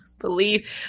believe